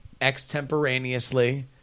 extemporaneously